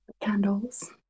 Candles